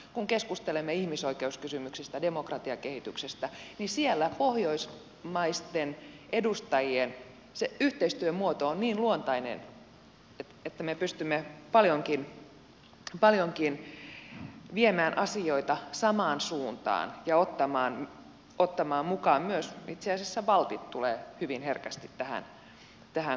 kun keskustelemme ihmisoikeuskysymyksistä demokratiakehityksestä niin siellä pohjoismaisten edustajien yhteistyömuoto on niin luontainen että me pystymme paljonkin viemään asioita samaan suuntaan ja ottamaan mukaan myös itse asiassa baltit jotka tulevat hyvin herkästi tähän kuvioon